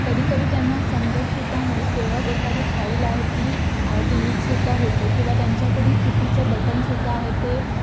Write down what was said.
कधी कधी त्यांना समजतसुद्धा नाही तेव्हाच एखादी फाईल आहे ती डिलीटसुद्धा होते किंवा त्यांच्याकडून चुकीचं बटनसुद्धा आहे ते